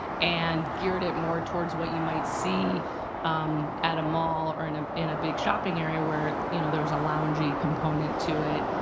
and geared it more towards what you might see at a mall or in ah in a big shopping area where you know there is a loungy component to it.